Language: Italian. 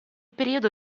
periodo